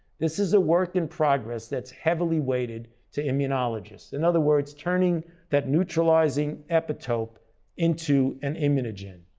this is a work in progress that's heavily weighted to immunologists. in other words, turning that neutralizing epitope into an immungen.